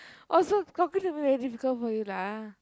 oh so talking to me very difficult for you lah